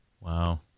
Wow